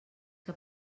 que